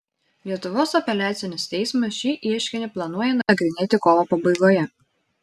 lietuvos apeliacinis teismas šį ieškinį planuoja nagrinėti kovo pabaigoje